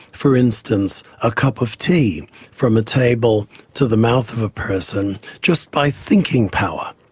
for instance, a cup of tea from a table to the mouth of a person just by thinking power.